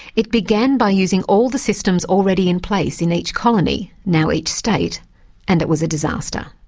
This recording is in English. it began by using all the systems already in place in each colony now each state and it was a disaster.